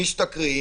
משתכרים,